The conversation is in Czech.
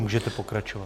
Můžete pokračovat.